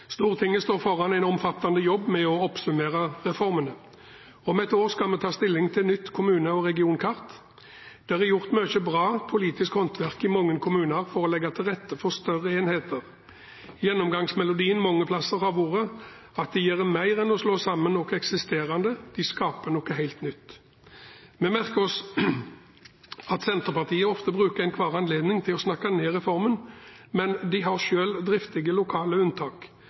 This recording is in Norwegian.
Stortinget står foran en omfattende jobb med å oppsummere reformene. Om ett år skal vi ta stilling til et nytt kommune- og regionkart. Det er gjort mye bra politisk håndverk i mange kommuner for å legge til rette for større enheter. Gjennomgangsmelodien mange steder har vært at man gjør mer enn å slå sammen noen eksisterende enheter, man skaper noe helt nytt. Vi merker oss at Senterpartiet bruker enhver anledning til å snakke ned reformen, men de har selv driftige lokale unntak.